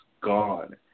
gone